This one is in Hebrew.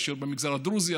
הרשויות במגזר הדרוזי,